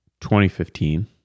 2015